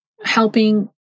helping